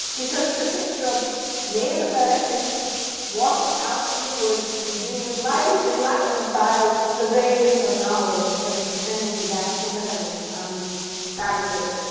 because it's a picture of native americans walking out of the woods and being like enlightened by the rays of knowledge that are descending down from the heavens on these savages.